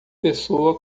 pessoa